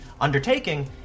undertaking